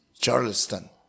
Charleston